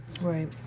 Right